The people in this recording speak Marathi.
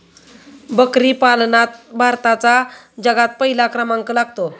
बकरी पालनात भारताचा जगात पहिला क्रमांक लागतो